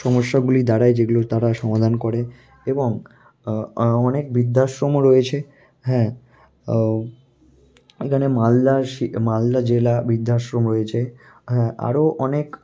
সমস্যাগুলি দ্বারায় যেগুলোর তারা সমাধান করে এবং অনেক বৃদ্ধাশ্রমও রয়েছে হ্যাঁ আও এখানে মালদা সি মালাদা জেলা বৃদ্ধাশ্রম রয়েছে হ্যাঁ আরও অনেক